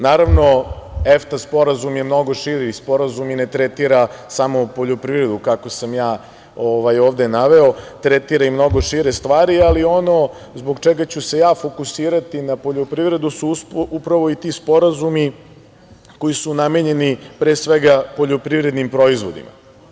Naravno, EFTA sporazum je mnogo širi sporazum i ne tretira samo poljoprivredu kako sam ja ovde naveo, tretira i mnogo šire stvari, ali ono zbog čega ću se ja fokusirati na poljoprivredu su upravo i ti sporazumi koji su namenjeni pre svega poljoprivrednim proizvodima.